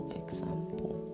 example